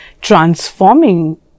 transforming